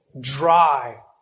dry